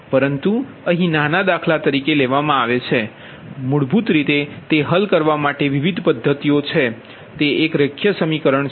પરંતુ અહીં નાના દાખલા તરીકે લેવામાં આવે છે પરંતુ મૂળભૂત રીતે તે હલ કરવા માટે વિવિધ પદ્ધતિઓ છે તે એક રેખીય સમીકરણ છે